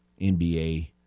NBA –